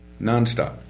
Nonstop